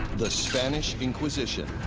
the spanish inquisition,